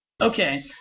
Okay